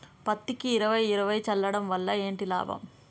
పత్తికి ఇరవై ఇరవై చల్లడం వల్ల ఏంటి లాభం?